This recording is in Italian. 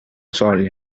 soglia